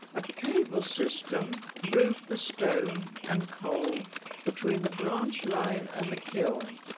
a cable system moved the stone and coal between the branch line and the kiln.